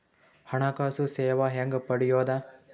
ಹಣಕಾಸು ಸೇವಾ ಹೆಂಗ ಪಡಿಯೊದ?